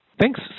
Thanks